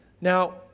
Now